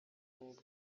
nubwo